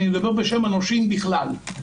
אלא בשם הנושים בכלל.